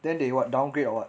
then they what downgrade or what